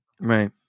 Right